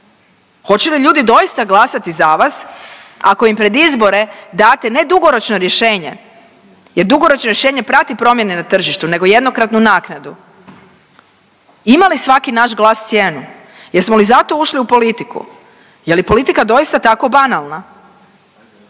Hoće li ljudi doista glasati za vas ako im pred izbore date, ne dugoročno rješenje jer dugoročno rješenje prati promjene na tržištu, nego jednokratnu naknadu? Ima li svaki naš glas cijenu? Jesmo li zato ušli u politiku? Je li politika doista tako banalna?